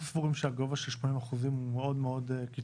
אנחנו סבורים שהגובה של 80 אחוזים הוא מאוד קיצוני.